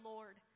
Lord